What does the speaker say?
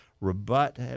rebut